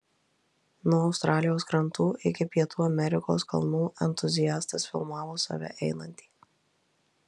nuo australijos krantų iki pietų amerikos kalnų entuziastas filmavo save einantį